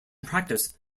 practice